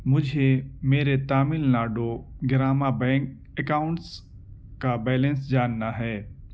مجھے میرے Tamil Nadu Grama bank accounts کا بیلنس جاننا ہے